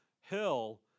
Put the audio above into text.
hill